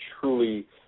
truly